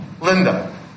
Linda